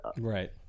Right